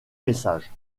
message